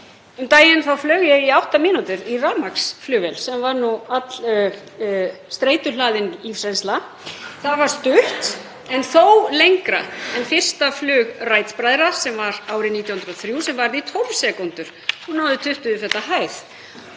Um daginn flaug ég í átta mínútur í rafmagnsflugvél, sem var nú allstreituhlaðin lífsreynsla. Það var stutt en þó lengra en fyrsta flug Wright-bræðra árið 1903 sem varði í 12 sekúndur og náði 20 feta